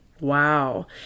wow